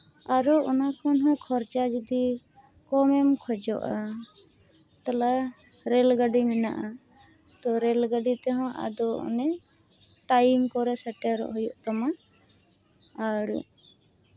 ᱟᱨ ᱦᱚᱸ ᱚᱱᱟ ᱠᱷᱚᱱ ᱦᱚᱸ ᱠᱷᱚᱨᱪᱟ ᱡᱩᱫᱤ ᱠᱚᱢᱮᱢ ᱠᱷᱚᱡᱚᱜᱼᱟ ᱛᱟᱦᱞᱮ ᱨᱮᱹᱞ ᱜᱟᱹᱰᱤ ᱢᱮᱱᱟᱜᱼᱟ ᱛᱚ ᱨᱮᱹᱞ ᱜᱟᱹᱰᱤ ᱛᱮᱦᱚᱸ ᱟᱫᱚ ᱚᱱᱮ ᱴᱟᱭᱤᱢ ᱠᱚᱨᱮ ᱥᱮᱨᱮᱴᱚᱜ ᱦᱩᱭᱩᱜ ᱛᱟᱢᱟ ᱟᱨ